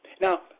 Now